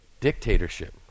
dictatorship